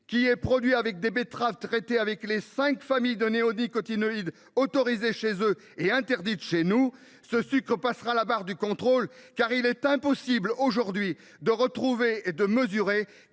qui est produit avec des betteraves traitées avec les cinq familles de néonicotinoïdes autorisées chez eux et interdites chez nous, passera la barre du contrôle, car il est impossible aujourd’hui de retrouver et de mesurer